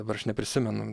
dabar aš neprisimenu